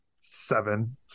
seven